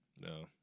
No